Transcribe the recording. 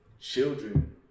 children